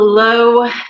Hello